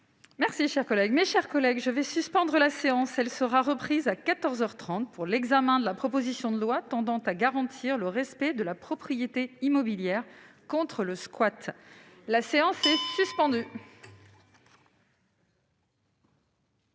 Merci, chers collègues, mes chers collègues, je vais suspendre la séance, elle sera reprise à 14 heures 30 pour l'examen de la proposition de loi tendant à garantir le respect de la propriété immobilière contre le squat, la séance est suspendue.